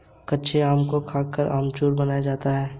कच्चे आम को सुखाकर अमचूर बनाया जाता है